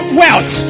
wealth